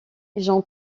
jean